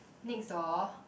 next door